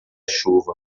chuva